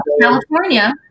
California